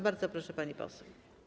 Bardzo proszę, pani poseł.